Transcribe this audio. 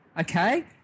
Okay